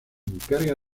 encarga